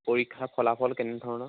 পৰীক্ষাৰ ফলাফল কেনেধৰণৰ